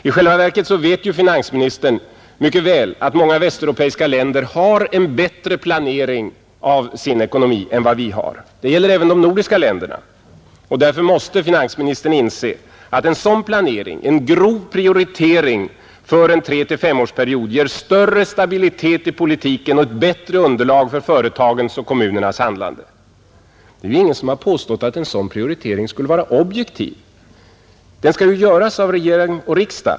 I själva verket vet ju finansministern mycket väl att många västeuropeiska länder har en bättre planering av sin ekonomi än vad vi har — det gäller även de nordiska länderna — och därför måste finansministern inse att en sådan planering, en grov prioritering för en treeller femårsperiod, ger en större stabilitet i politiken och ett bättre underlag för företagens och kommunernas handlande. Det är ingen som har påstått att en sådan prioritering skulle vara objektiv. Den skall ju göras av regering och riksdag.